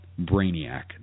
Brainiac